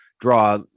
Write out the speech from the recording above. draw